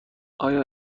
آیا